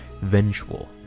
vengeful